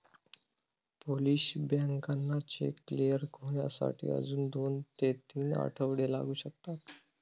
Polish बँकांना cheque clear होण्यासाठी अजून दोन ते तीन आठवडे लागू शकतात